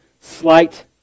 slight